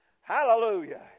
Hallelujah